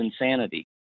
Insanity